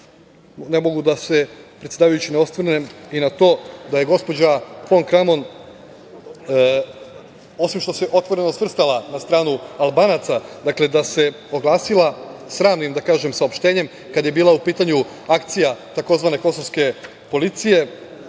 ne mogu da se, predsedavajući, ne osvrnem i na to da je gospođa Fon Kramon, osim što se otvoreno svrstala na stranu Albanaca, dakle, da se oglasila sramnim, da kažem, saopštenjem kada je bila u pitanju akcija tzv. kosovske policije,